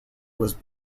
was